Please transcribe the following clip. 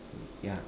ya